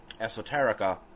esoterica